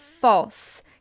false